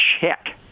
check